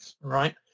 right